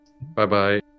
bye-bye